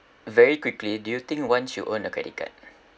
very quickly do you think once you own a credit card